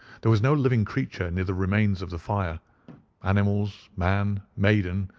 there was no living creature near the remains of the fire animals, man, maiden,